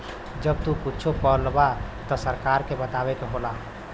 जब तू कुच्छो पलबा त सरकार के बताए के होला